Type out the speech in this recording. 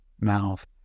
mouth